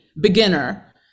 beginner